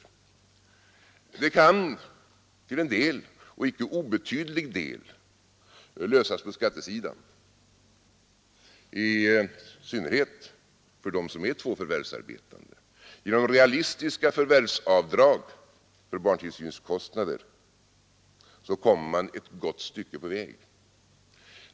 Det kan till en del, och icke obetydlig del, lösas på skattesidan, i synnerhet för dem som är två förvärvsarbetande. Genom realistiska förvärvsavdrag för barntillsynskostnader kommer man ett gott stycke på väg.